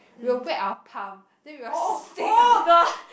we'll wet our palm then we'll stick on